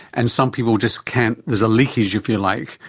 and some people just can't, there's a leakage, if you like,